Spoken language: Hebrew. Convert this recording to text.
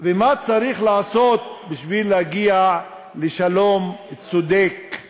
ומה צריך לעשות בשביל להגיע לשלום צודק;